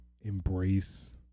embrace